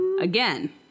Again